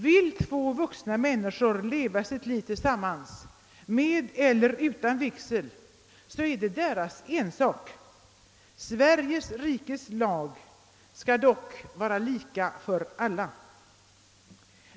Vill två vuxna människor leva sitt liv tillsammans med eller utan vigsel är det deras ensak. Sveriges rikes lag skall dock vara lika för alla.